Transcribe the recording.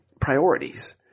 priorities